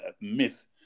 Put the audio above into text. myth